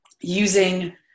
using